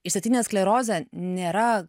išsėtinė sklerozė nėra